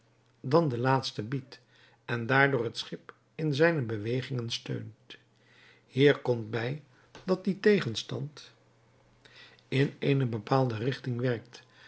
dan de laatste biedt en daardoor het schip in zijne bewegingen steunt hier komt bij dat die tegenstand in eene bepaalde richting werkt